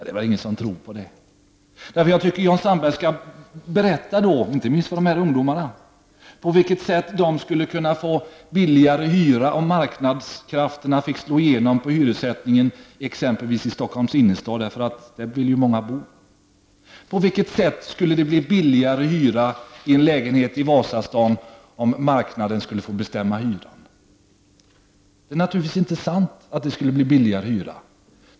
Det är ingen som kan tro på detta. Jag tycker att Jan Sandberg skall berätta, inte minst för de här ungdomarna, på vilket sätt de skulle kunna få en lägre hyra om marknadskrafterna fick slå igenom på hyressättningen, exempelvis i Stockholms innerstad, där ju många vill bo. På vilket sätt skulle det bli lägre hyra i en lägenhet i Vasastaden, om marknaden skulle få bestämma hyran? Det är naturligtvis inte sant att hyran skulle bli lägre.